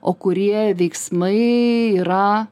o kurie veiksmai yra